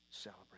celebrate